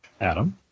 Adam